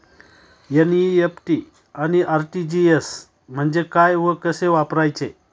NEFT आणि RTGS म्हणजे काय व कसे वापरायचे?